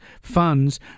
funds